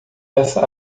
essa